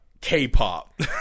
K-pop